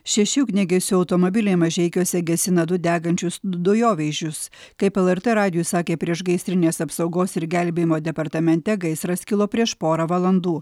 šeši ugniagesių automobiliai mažeikiuose gesina du degančius dujovežius kaip lrt radijui sakė priešgaisrinės apsaugos ir gelbėjimo departamente gaisras kilo prieš porą valandų